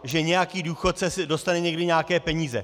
Že nějaký důchodce dostane někdy nějaké peníze.